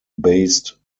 based